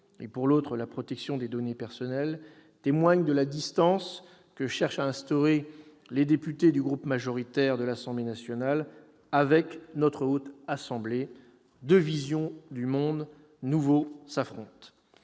de loi relatif à la protection des données personnelles témoignent de la distance que cherchent à instaurer les députés du groupe majoritaire de l'Assemblée nationale avec notre Haute Assemblée. Deux visions du monde nouveau s'affrontent.